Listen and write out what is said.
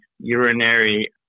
urinary